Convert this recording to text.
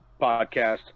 podcast